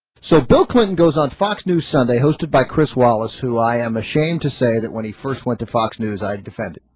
so bill clinton goes on fox news sunday hosted by chris wallace who i am ashamed to say that when he first went to fox news i decide ah